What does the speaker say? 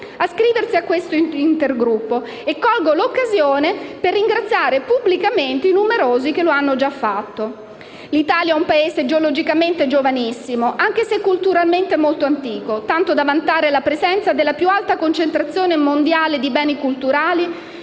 iscrivervi a questo intergruppo, e colgo l'occasione per ringraziare pubblicamente i numerosi che lo hanno già fatto. L'Italia è un Paese geologicamente giovanissimo, anche se culturalmente molto antico, tanto da vantare la presenza della più alta concentrazione mondiale di beni culturali.